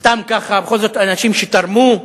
סתם ככה, בכל זאת אנשים שתרמו.